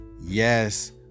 Yes